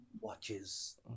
watches